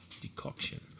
decoction